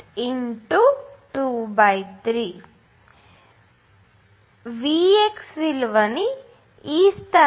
Vx విలువని ఈ స్థలంలో ప్రతిక్షేపించాము